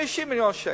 50 מיליון שקל.